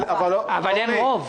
אבל אין רוב.